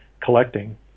collecting